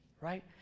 right